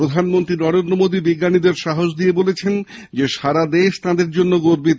প্রধানমন্ত্রী নরেন্দ্র মোদী বিজ্ঞানীদের সাহস দিয়ে বলেছেন সারাদেশ তাঁদের জন্য গর্বিত